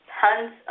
tons